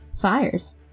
fires